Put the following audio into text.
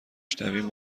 شنویم